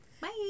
Bye